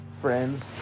friends